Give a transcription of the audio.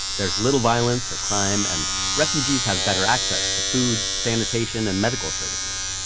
there's little violence or crime, and refugees have better access to food, sanitation, and medical services.